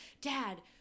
Dad